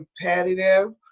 Competitive